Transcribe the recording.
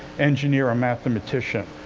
engineers and mathematicians.